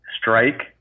strike